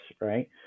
right